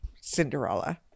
Cinderella